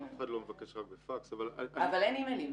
אף אחד לא מבקש רק בפקס --- אבל אין אימיילים.